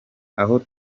aho